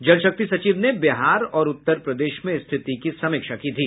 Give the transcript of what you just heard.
जलशक्ति सचिव ने बिहार और उत्तर प्रदेश में स्थिति की समीक्षा की थी